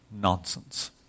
nonsense